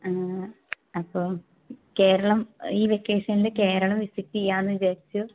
ആ അപ്പോൾ കേരളം ഈ വെക്കേഷനിൽ കേരളം വിസിറ്റ് ചെയ്യാമെന്ന് വിചാരിച്ചു